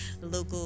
local